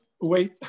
wait